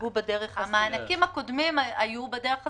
המענקים הקודמים היו בדרך הזו,